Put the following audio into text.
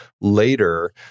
later